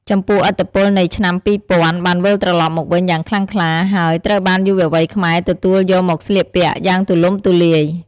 ចំពោះ ឥទ្ធិពលនៃឆ្នាំ២០០០ បានវិលត្រលប់មកវិញយ៉ាងខ្លាំងក្លា ហើយត្រូវបានយុវវ័យខ្មែរទទួលយកមកស្លៀកពាក់យ៉ាងទូលំទូលាយ។